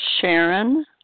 Sharon